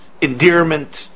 endearment